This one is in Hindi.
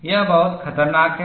यह बहुत खतरनाक है